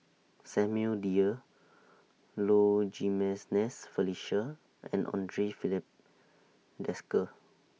Samuel Dyer Low Jimenez Felicia and Andre Filipe Desker